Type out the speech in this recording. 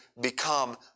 become